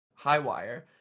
Highwire